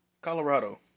Colorado